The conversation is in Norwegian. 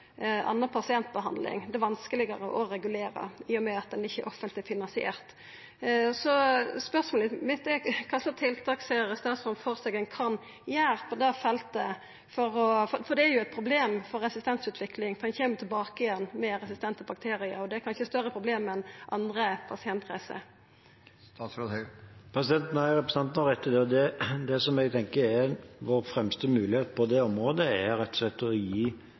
anna pasientbehandling, og det er vanskelegare å regulera, i og med at det ikkje er offentleg finansiert. Så spørsmålet mitt er kva for tiltak statsråden ser for seg at ein kan gjera på det feltet, for det er eit problem for resistensutvikling dersom ein kjem tilbake igjen med resistente bakteriar, og det er kanskje eit større problem enn ved andre pasientreiser. Representanten har rett i det. Det som jeg tenker er vår fremste mulighet på det området, er rett og